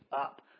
up